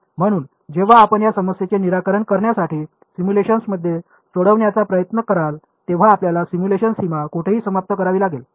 म्हणून जेव्हा आपण या समस्येचे निराकरण करण्यासाठी सिम्युलेशनमध्ये सोडवण्याचा प्रयत्न कराल तेव्हा आपल्याला सिम्युलेशन सीमा कोठेतरी समाप्त करावी लागेल